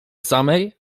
samej